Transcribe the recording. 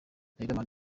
riderman